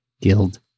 Guild